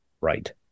Right